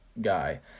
guy